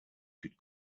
could